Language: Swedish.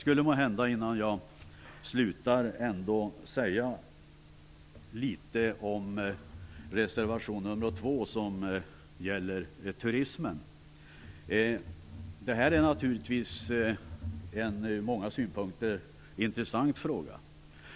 Innan jag slutar skulle jag måhända ändå säga litet om reservation 2, som gäller turismen. Det här är naturligtvis en ur många synpunkter intressant fråga.